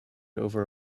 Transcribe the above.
over